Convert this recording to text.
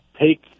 take